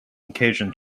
occasion